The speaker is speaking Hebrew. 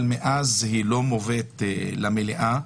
אלא שמאז היא לא מובאת למליאה,